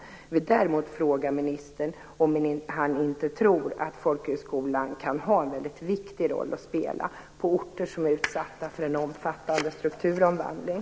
Jag vill däremot fråga ministern om han inte tror att folkhögskolan kan ha en väldigt viktig roll att spela på orter som är utsatta för en omfattande strukturomvandling.